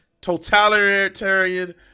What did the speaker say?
totalitarian